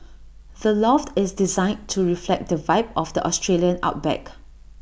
the loft is designed to reflect the vibe of the Australian outback